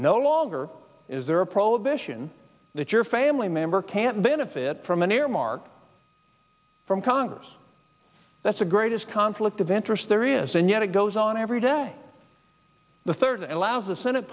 no longer is there a prohibition that your family member can't benefit from an earmark from congress that's the greatest conflict of interest there is and yet it goes on every day the third allows the senate